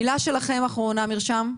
מילה שלכם, אחרונה, מרשם?